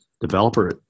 developer